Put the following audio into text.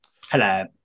Hello